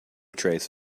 trace